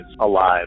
alive